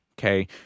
Okay